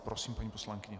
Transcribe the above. Prosím, paní poslankyně.